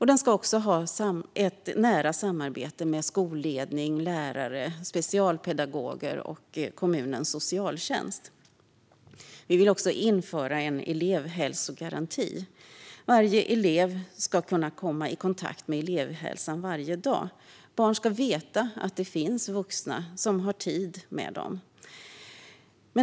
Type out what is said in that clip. Den skulle också ha nära samarbete med skolledningar, lärare, specialpedagoger och kommunernas socialtjänster. Vi vill även införa en elevhälsogaranti. Varje elev ska kunna komma i kontakt med elevhälsan varje dag. Barn ska veta att det finns vuxna som har tid för dem.